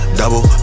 double